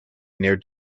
near